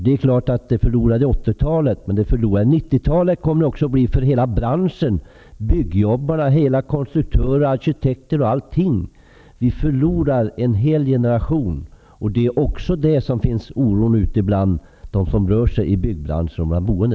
Det är klart att 80-talet är ett förlorat decennium. Men också 90-talet kommer att vara ett förlorat decennium för hela byggbranschen. Det gäller byggjobbare, konstruktörer, arkitekter osv. En hel generation av dessa går förlorad. Det är också det som föranleder oro bland människor i byggbranschen och bland de boende.